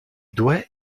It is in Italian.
due